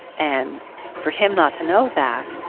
and for him not to know that,